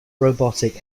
robotic